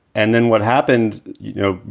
and then what happened? you know,